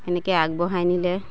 সেনেকে আগবঢ়াই নিলে